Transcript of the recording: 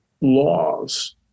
laws